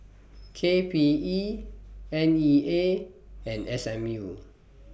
K P E N E A and S M U